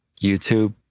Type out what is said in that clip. YouTube